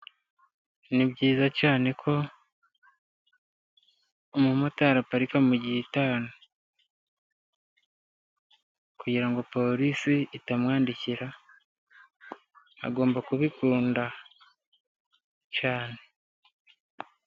Ni byiza cyane ko umumotari aparika mu ry'itanu, kugira ngo polisi itamwandikira agomba kubikunda cyane.